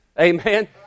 Amen